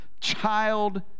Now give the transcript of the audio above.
child